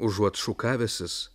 užuot šukavęsis